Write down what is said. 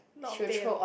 not pain ah